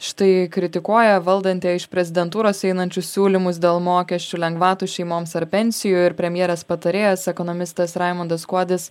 štai kritikuoja valdantieji iš prezidentūros einančius siūlymus dėl mokesčių lengvatų šeimoms ar pensijų ir premjerės patarėjas ekonomistas raimundas kuodis